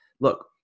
look